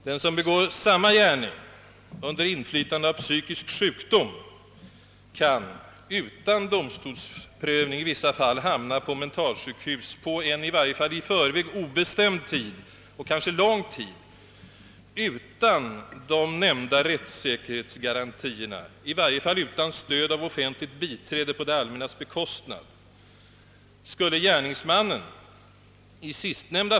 Den som begår samma gärning under inflytande av psykisk sjukdom kan i vissa fall utan domstolsprövning hamna på mentalsjukhus för en i varje fall i förväg obestämd och kanske lång tid utan de nämnda rättssäkerhetsgarantierna, i varje fall utan stöd av offentligt biträde på det allmännas bekostnad.